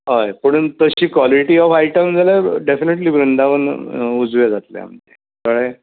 हय पुणून तशी कॉलेटी ऑफ आयटम जाल्या डॅफिनेटली वृंदावन उजवें जातलें आमचें कळ्ळें